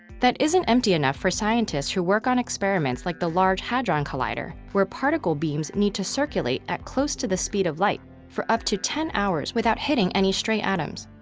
that isn't empty enough for scientists who work on experiments, like the large hadron collider, where particle beams need to circulate at close to the speed of light for up to ten hours without hitting any stray atoms.